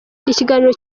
ikiganiro